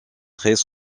très